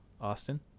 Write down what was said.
Austin